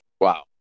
Wow